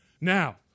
Now